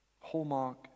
Hallmark